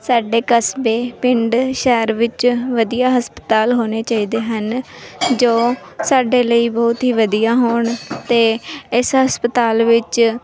ਸਾਡੇ ਕਸਬੇ ਪਿੰਡ ਸ਼ਹਿਰ ਵਿੱਚ ਵਧੀਆ ਹਸਪਤਾਲ ਹੋਣੇ ਚਾਹੀਦੇ ਹਨ ਜੋ ਸਾਡੇ ਲਈ ਬਹੁਤ ਹੀ ਵਧੀਆ ਹੋਣ ਅਤੇ ਇਸ ਹਸਪਤਾਲ ਵਿੱਚ